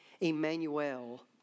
Emmanuel